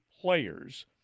players